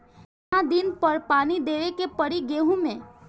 कितना दिन पर पानी देवे के पड़ी गहु में?